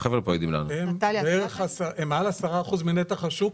הם מעל 10% מנתח השוק.